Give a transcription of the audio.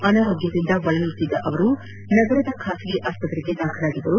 ಅನಾರೋಗ್ಯದಿಂದ ಬಳಲುತ್ತಿದ್ದ ಅವರು ನಗರ ಖಾಸಗಿ ಆಸ್ಪತ್ರೆಗೆ ದಾಖಲಾಗಿದ್ದರು